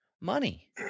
money